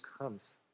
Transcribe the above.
comes